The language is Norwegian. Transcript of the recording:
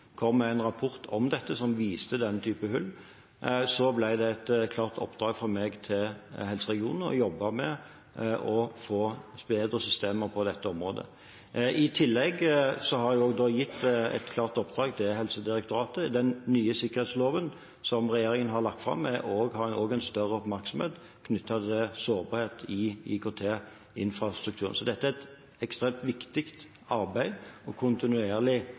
kom med en rapport om dette som viste denne type hull, ble det er et klart oppdrag fra meg til helseregionene å jobbe med å få bedre systemer på dette området. I tillegg har jeg gitt et klart oppdrag til Helsedirektoratet. I den nye sikkerhetsloven som regjeringen har lagt fram, har vi også en større oppmerksomhet knyttet til sårbarhet i IKT-infrastrukturen. Dette er et arbeid som det er ekstremt viktig å forbedre kontinuerlig.